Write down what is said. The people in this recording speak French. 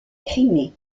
crimée